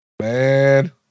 Man